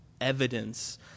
evidence